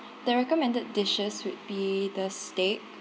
the recommended dishes would be the steak